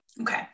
Okay